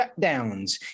shutdowns